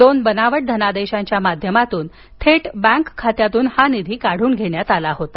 दोन बनवट धनादेशांच्या माध्यमातून थेट बँक खात्यातून हा निधी काढून घेण्यात आला होता